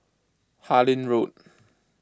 Harlyn Road